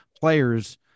players